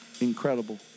Incredible